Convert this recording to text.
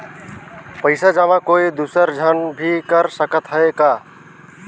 पइसा जमा कोई दुसर झन भी कर सकत त ह का?